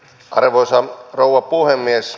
arvoisa rouva puhemies